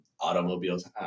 automobiles